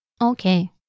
Okay